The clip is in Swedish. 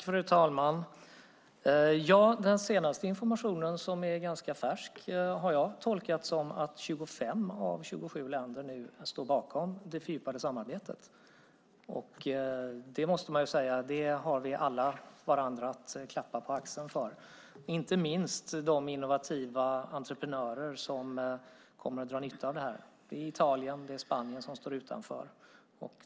Fru talman! Den senaste informationen, som är ganska färsk, har jag tolkat som att 25 av 27 länder nu står bakom det fördjupade samarbetet. Det måste man säga att vi alla kan klappa varandra på axeln för, inte minst de innovativa entreprenörer som kommer att dra nytta av det här. Det är Italien och Spanien som står utanför.